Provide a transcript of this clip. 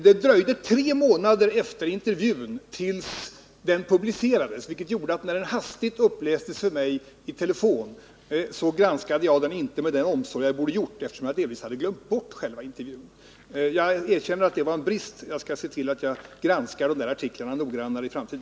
Den publicerades inte förrän tre månader efter intervjun, vilket gjorde att jag inte granskade den med den omsorg som jag borde ha gjort när den hastigt upplästes för mig i telefon. Jag hade delvis glömt bort själva intervjun. Jag erkänner att det var en brist. Jag skall i framtiden se till att granska sådana artiklar noggrannare.